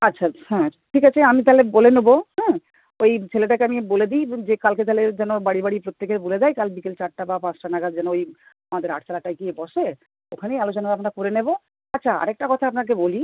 আচ্ছা হ্যাঁ ঠিক আছে আমি তাহলে বলে নেবো হ্যাঁ ওই ছেলেটাকে আমি বলে দিই যে কালকে তাহলে যেন বাড়ি বাড়ি প্রত্যেকের বলে দেয় কাল বিকেল চারটা বা পাঁচটা নাগাদ যেন ওই আমাদের আটচালাটায় গিয়ে বসে ওখানেই আলোচনা ফালোচনা করে নেবো আচ্ছা আর একটা কথা আপনাকে বলি